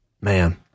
Man